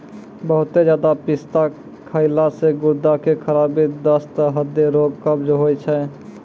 बहुते ज्यादा पिस्ता खैला से गुर्दा के खराबी, दस्त, हृदय रोग, कब्ज होय छै